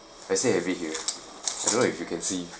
I still have it here I don't know if you can see